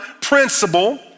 principle